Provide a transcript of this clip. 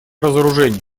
разоружения